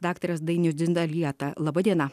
daktaras dainius dzindzalieta laba diena